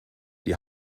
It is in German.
die